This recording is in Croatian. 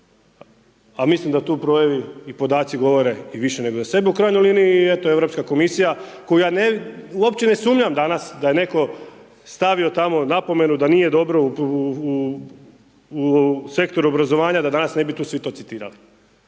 a mislim da tu brojevi i podaci govore i više nego za sebe. U krajnjoj liniji i eto Europska komisija u koju ja uopće ne sumnjam danas da je netko stavio tamo napomenu da nije dobro u sektoru obrazovanja da danas ne bi tu .../Govornik